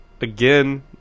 again